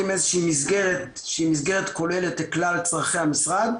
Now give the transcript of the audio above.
איזושהי מסגרת שהיא מסגרת כוללת לכלל צרכי המשרד.